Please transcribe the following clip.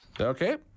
Okay